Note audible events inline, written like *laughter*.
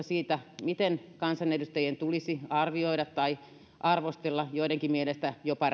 *unintelligible* siitä miten kansanedustajien tulisi arvioida tai arvostella jotkut jopa *unintelligible*